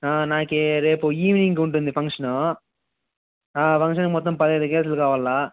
ఆ నాకు రేపు ఈవెనింగ్ ఉంటుంది ఫంక్షను ఆ ఫంక్షన్కి మొత్తం పదిహేను కేసులు కావాలి